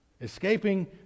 Escaping